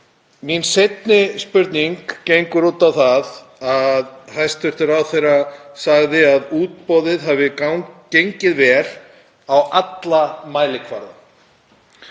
Mín seinni spurning gengur út á það að hæstv. ráðherra sagði að útboðið hefði gengið vel á alla mælikvarða